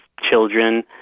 children